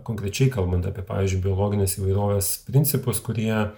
konkrečiai kalbant apie pavyzdžiui biologinės įvairovės principus kurie